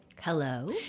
Hello